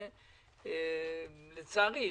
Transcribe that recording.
שלצערי,